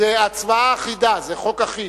אדוני